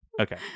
okay